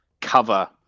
cover